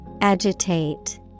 Agitate